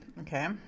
Okay